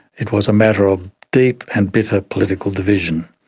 it was a matter of deep and bitter political division.